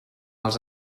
els